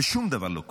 ושום דבר לא קורה.